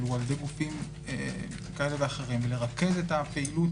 על-ידי גופים כאלה ואחרים לרכז את הפעילות